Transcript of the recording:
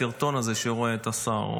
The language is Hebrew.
הסרטון הזה שרואה השר,